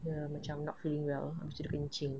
ya macam not feeling well lepas tu dia kencing